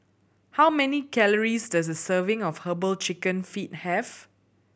how many calories does a serving of Herbal Chicken Feet have